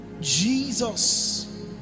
Jesus